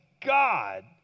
God